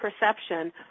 perception